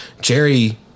Jerry